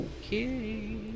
Okay